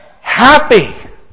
happy